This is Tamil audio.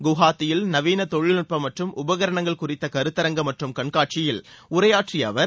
குவஹாத்தியில் நவீன தொழில்நட்பம் மற்றும் உபகரணங்கள் குறித்த கருத்தரங்கம் மற்றும் கண்காட்சியில் உரையாற்றிய அவர்